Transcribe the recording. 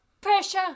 pressure